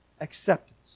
acceptance